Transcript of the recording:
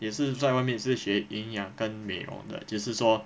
也是在外面也是学营养跟美容的就是说